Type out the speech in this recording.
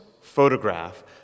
photograph